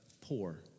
poor